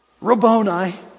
Rabboni